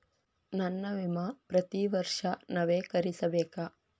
ನನ್ನ ವಿಮಾ ಪ್ರತಿ ವರ್ಷಾ ನವೇಕರಿಸಬೇಕಾ?